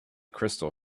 crystal